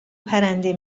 پرنده